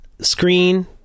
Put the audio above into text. screen